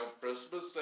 Christmas